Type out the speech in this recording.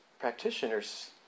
practitioners